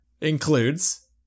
includes